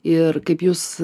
ir kaip jūs